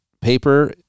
paper